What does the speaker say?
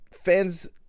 Fans